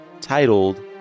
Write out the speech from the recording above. titled